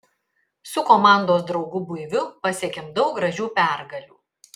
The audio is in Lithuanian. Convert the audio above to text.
su komandos draugu buiviu pasiekėm daug gražių pergalių